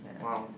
!wow!